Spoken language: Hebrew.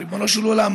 ריבונו של עולם,